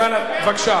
בבקשה.